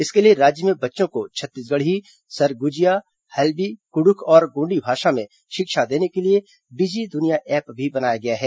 इसके लिए राज्य में बच्चों को छत्तीसगढ़ी सरगुजिया हल्बी कुडुख और गोंडी भाषा में शिक्षा देने के लिए डिजी दुनिया ऐप भी बनाया गया है